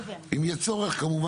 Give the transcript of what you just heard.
ואז מי בוחר?